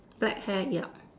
black hair ya